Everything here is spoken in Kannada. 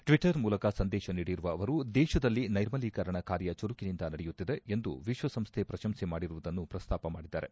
ಟ್ವೀಟರ್ ಮೂಲಕ ಸಂದೇಶ ನೀಡಿರುವ ಅವರು ದೇಶದಲ್ಲಿ ನೈರ್ಮಲೀಕರಣ ಕಾರ್ಯ ಚುರುಕಿನಿಂದ ನಡೆಯುತ್ತಿದೆ ಎಂದು ವಿಶ್ವಸಂಸ್ಥೆ ಪ್ರಶಂಸೆ ಮಾಡಿರುವುದನ್ನು ಪ್ರಸ್ತಾಪ ಮಾಡಿದ್ದಾರೆ